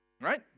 Right